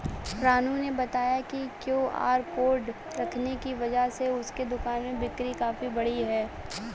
रानू ने बताया कि क्यू.आर कोड रखने की वजह से उसके दुकान में बिक्री काफ़ी बढ़ी है